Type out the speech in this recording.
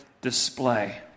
display